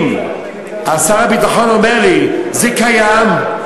אם שר הביטחון אומר לי: זה קיים,